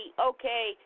okay